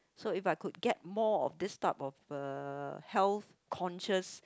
so if I could get more of this type of uh health conscious